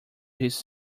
his